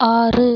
ஆறு